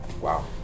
Wow